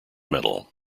medal